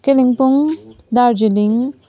Kalimpong Darjeeling